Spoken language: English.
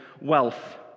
wealth